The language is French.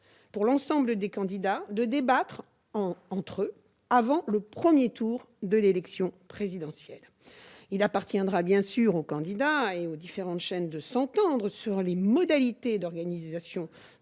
pour l'ensemble des candidats, de débattre entre eux avant le premier tour de l'élection présidentielle. Il appartiendra bien sûr aux candidats et aux différentes chaînes de s'entendre sur les modalités concrètes d'organisation et de